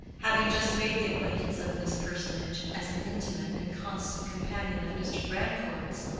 having just made the acquaintance of this personage, as an intimate and constant companion of mr. grandcourt's,